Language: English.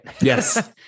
Yes